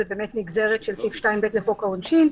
זה באמת נגזרת של סעיף 2(ב) לחוק העונשין.